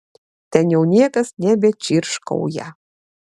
ten jau niekas nebečirškauja